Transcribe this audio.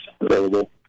available